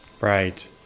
Right